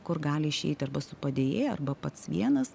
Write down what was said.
kur gali išeiti arba su padėjėja arba pats vienas